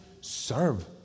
serve